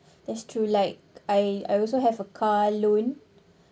that's true like I I also have a car loan